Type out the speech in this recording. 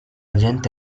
gente